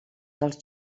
dels